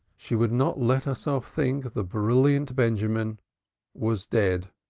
she would not let herself think the brilliant benjamin was dead,